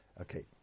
Okay